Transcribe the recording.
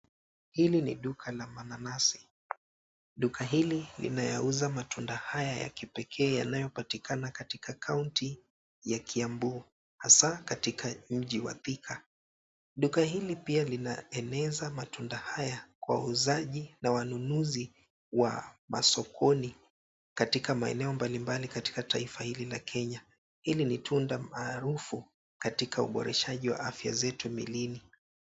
Hili ni duka la mananasi. Duka hili linayauza matunda haya ya kipekee yanayopatikana katika kaunti ya Kiambu, hasa katika mji wa Thika. Duka hili pia linaeneza matunda haya kwa wauzaji na wanunuzi wa masokoni katika maeneo mbalimbali katika Taifa hili la Kenya. Hili ni tunda maarufu katika uboreshaji wa afya zetu miilini.